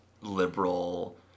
liberal